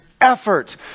effort